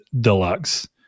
deluxe